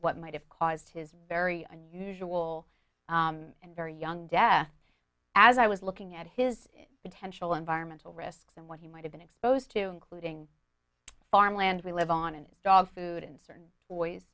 what might have caused his very unusual and very young death as i was looking at his potential environmental risks and what he might have been exposed to including farmland we live on and dog food in certain ways